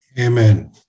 Amen